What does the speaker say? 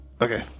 Okay